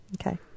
Okay